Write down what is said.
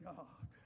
God